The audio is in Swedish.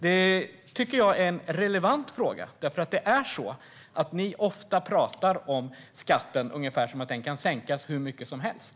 Det tycker jag är en relevant fråga, för ni pratar ofta om skatten ungefär som om den kan sänkas hur mycket som helst.